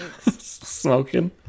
Smoking